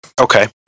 Okay